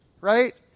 right